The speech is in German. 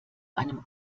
einem